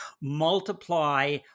multiply